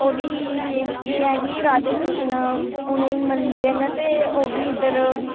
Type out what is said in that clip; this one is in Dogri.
ओह् बी एह् ऐ कि राधे कृष्ण उ'नेंगी मनदे न ते ओह् बी इद्धर